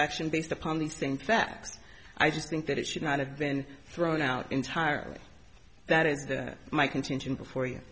action based upon these things that i just think that it should not have been thrown out entirely that is that my contention before y